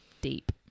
deep